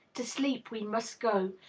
to sleep we must go,